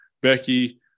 Becky